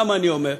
למה אני אומר?